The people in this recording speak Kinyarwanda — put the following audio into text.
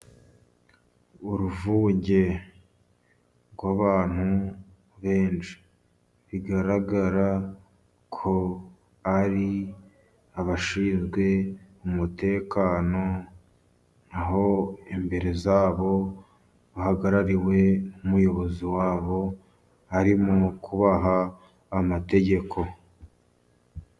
Uruvuge rw'abantu benshi , bigaragara ko ari abashinzwe umutekano , aho imbere y'abo bahagarariwe n'umuyobozi wabo arimo kubaha amategeko.